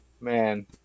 Man